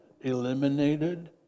eliminated